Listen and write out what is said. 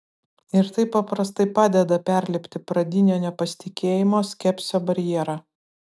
ir tai paprastai padeda perlipti pradinio nepasitikėjimo skepsio barjerą